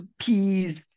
peas